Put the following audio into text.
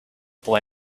boy